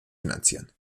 finanzieren